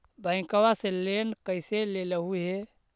बैंकवा से लेन कैसे लेलहू हे?